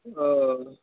oh